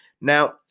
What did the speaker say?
Now